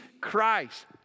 Christ